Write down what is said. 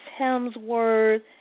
Hemsworth